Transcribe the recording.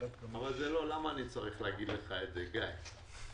אבל למה אני צריך להגיד לך את זה, גיא?